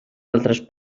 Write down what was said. altres